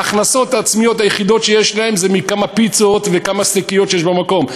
ההכנסות העצמיות היחידות שיש להן הן מכמה פיצות וכמה סטקיות שיש במקום.